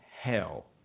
hell